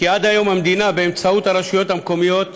כי עד היום המדינה, באמצעות הרשויות המקומיות,